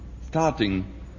starting